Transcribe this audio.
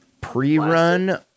pre-run